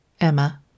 Emma